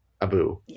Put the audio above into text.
Abu